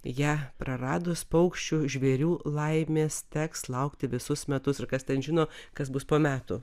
ją praradus paukščių žvėrių laimės teks laukti visus metus ir kas ten žino kas bus po metų